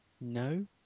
no